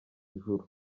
ijuru